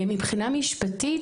מבחינה משפטית,